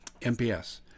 MPS